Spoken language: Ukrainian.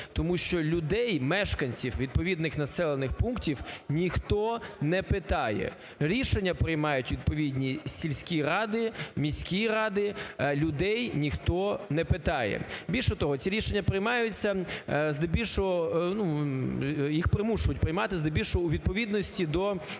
тому що людей, мешканців відповідних населених пунктів ніхто не питає, рішення приймають відповідні сільські ради, міські ради, людей ніхто не питає. Більше того, ці рішення приймаються, здебільшого їх примушують примати, здебільшого у відповідності до